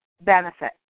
benefit